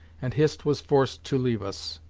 and hist was forced to leave us.